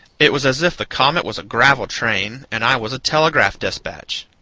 it was as if the comet was a gravel-train and i was telegraph despatch.